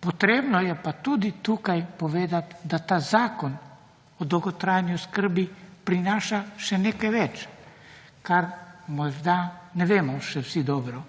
Potrebno je pa tudi tukaj povedati, da ta Zakon o dolgotrajni oskrbi prinaša še nekaj več, kar morda ne vemo še vsi dobro.